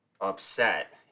upset